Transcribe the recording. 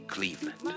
Cleveland